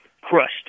crushed